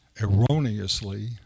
erroneously